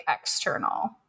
external